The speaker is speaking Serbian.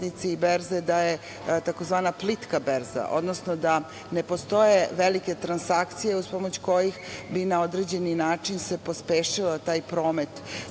da je tzv. plitka berza, odnosno da ne postoje velike transakcije uz pomoć kojih bi na određeni način se pospešio taj promet